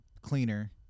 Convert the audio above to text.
cleaner